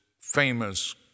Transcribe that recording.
famous